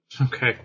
Okay